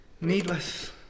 Needless